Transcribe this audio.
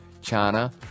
China